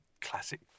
classic